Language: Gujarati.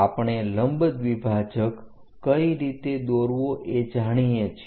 આપણે લંબ દ્વિભાજક કઈ રીતે દોરવો એ જાણીએ છીએ